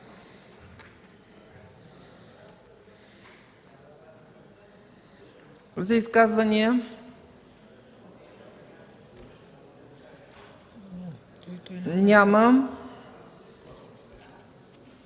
за изказвания? Няма.